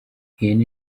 ihene